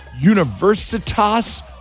Universitas